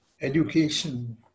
education